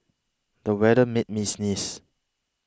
the weather made me sneeze